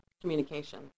communication